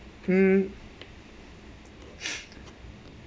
mm